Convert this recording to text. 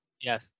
Yes